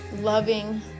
loving